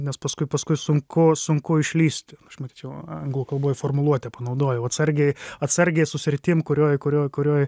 nes paskui paskui sunku sunku išlįsti aš matyt jau anglų kalboj formuluotę panaudojau atsargiai atsargiai su sritim kurioj kurioj kurioj